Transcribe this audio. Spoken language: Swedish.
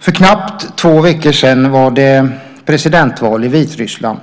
För knappt två veckor sedan var det presidentval i Vitryssland.